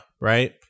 right